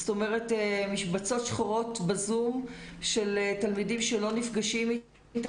זאת אומרת משבצות שחורות בזום של תלמידים שלא נפגשים ---.